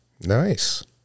Nice